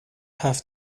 have